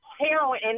heroin